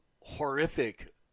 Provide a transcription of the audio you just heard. horrific